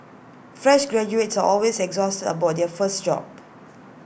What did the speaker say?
fresh graduates are always anxious about their first job